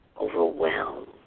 overwhelmed